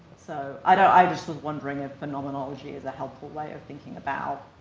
so, i don't, i just was wondering if phenomenology is a helpful way of thinking about